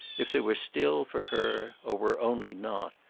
if there were still for her, or were only not,